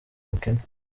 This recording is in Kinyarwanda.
ubukene